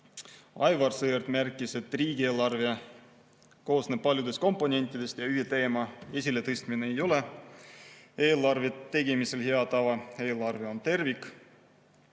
Aivar Sõerd märkis, et riigieelarve koosneb paljudest komponentidest ja ühe teema esiletõstmine ei ole eelarve tegemisel hea tava, eelarve on tervik.